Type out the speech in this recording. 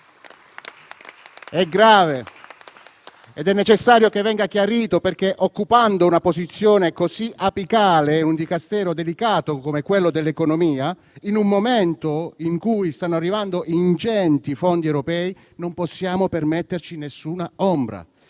È grave ed è necessario che venga chiarito, perché, occupando una posizione così apicale in un Dicastero delicato come quello dell'economia, in un momento in cui stanno arrivando ingenti fondi europei, non possiamo permetterci nessuna ombra.